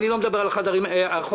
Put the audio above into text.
אני לא מדבר על החדרים האחוריים.